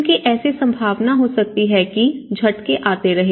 क्योंकि ऐसी संभावना हो सकती है कि झटके आते रहे